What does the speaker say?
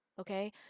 okay